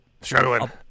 struggling